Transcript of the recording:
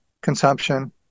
consumption